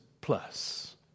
plus